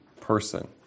person